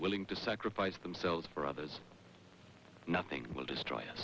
willing to sacrifice themselves for others nothing will destroy